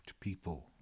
people